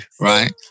right